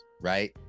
right